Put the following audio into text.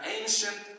ancient